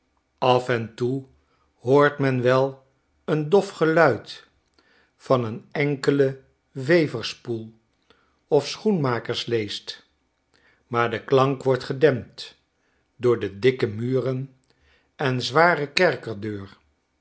af en toe hoort men wel een dof geluid van een enkele weversspoel of schoenmakersleest maar de klank wordt gedempt door de dikke muren en zware kerkerdeur